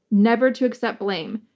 never to accept blame.